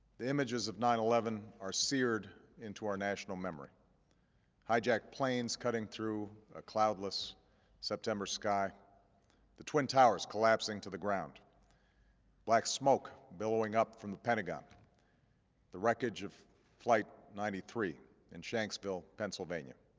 the images of nine eleven are seared into our national memory hijacked planes cutting through a cloudless september sky the twin towers collapsing to the ground black smoke billowing up from the pentagon the wreckage of flight ninety three in shanksville, pennsylvania,